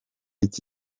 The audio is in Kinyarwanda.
iki